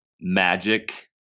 Magic